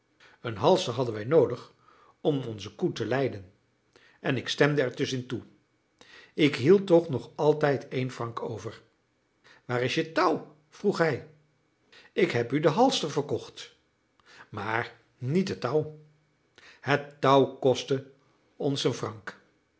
een halster hadden wij noodig om onze koe te leiden en ik stemde er dus in toe ik hield toch nog altijd een franc over waar is je touw vroeg hij ik heb u den halster verkocht maar niet het touw het touw kostte ons een franc